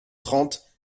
trente